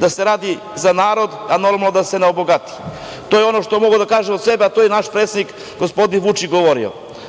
da se radi za narod, a normalno, da se ne obogati. To je ono što mogu da kažem za sebe, a to i naš predsednik, gospodin Vučić govori.